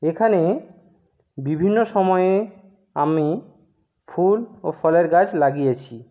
এখানে বিভিন্ন সময়ে আমি ফুল ও ফলের গাছ লাগিয়েছি